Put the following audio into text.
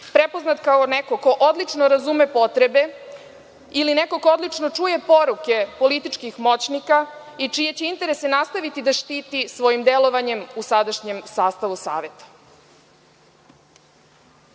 prepoznat kao neko ko odlično razume potrebe, ili neko ko odlično čuje poruke političkih moćnika i čije će interese nastaviti da štiti svojim delovanjem u sadašnjem sastavu saveta.